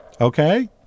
Okay